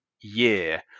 year